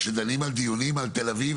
אפרופו סטטיסטיקה,